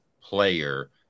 player